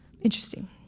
Interesting